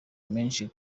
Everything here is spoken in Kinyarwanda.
menshi